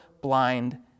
blind